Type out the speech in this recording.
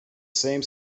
same